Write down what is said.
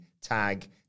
Tag